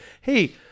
Hey